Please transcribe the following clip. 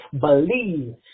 Believe